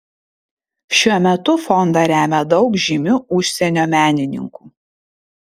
šiuo metu fondą remia daug žymių užsienio menininkų